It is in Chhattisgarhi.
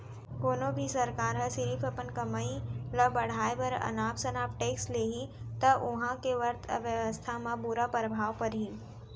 कोनो भी सरकार ह सिरिफ अपन कमई ल बड़हाए बर अनाप सनाप टेक्स लेहि त उहां के अर्थबेवस्था म बुरा परभाव परही